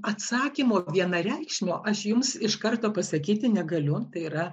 atsakymo vienareikšmio aš jums iš karto pasakyti negaliu tai yra